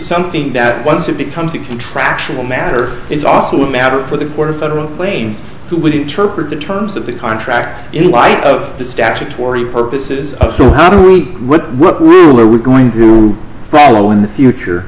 something that once it becomes a contractual matter it's also a matter for the quarter federal claims who would interpret the terms of the contract in light of the statutory purposes so how do we what are we going to borrow in the future